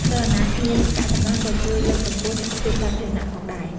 ចលនាគ្មានកាកសំណល់ក៏ជួយលើកកម្ពស់សុខភាពសាធារណៈផងដែរ។